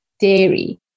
dairy